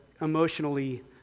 emotionally